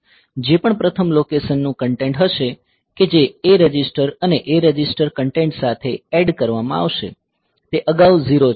જે પણ પ્રથમ લોકેશનનું કન્ટેન્ટ હશે કે જે A રજિસ્ટર અને A રજિસ્ટર કન્ટેન્ટ સાથે એડ કરવામાં આવશે તે અગાઉ 0 છે